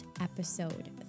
episode